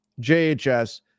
JHS